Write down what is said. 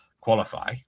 qualify